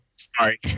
Sorry